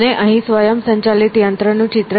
અને અહીં સ્વયંસંચાલિત યંત્ર નું ચિત્ર છે